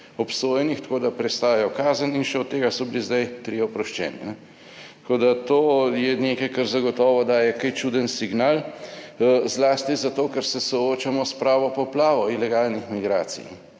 obsojenih, tako da prestajajo kazen in še od tega so bili zdaj trije oproščeni. Tako, da to je nekaj, kar zagotovo daje kaj čuden signal, zlasti zato, ker se soočamo s pravo poplavo ilegalnih migracij,